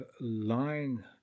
line